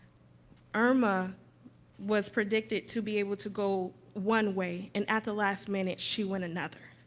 irma was predicted to be able to go one way, and at the last minute, she went another.